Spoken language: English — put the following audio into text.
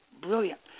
brilliant